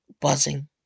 buzzing